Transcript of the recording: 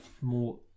more